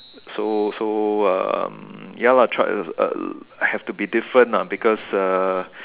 so so so um ya lah try uh uh have to be different lah because uh